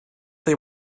they